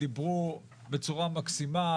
דיברו בצורה מקסימה,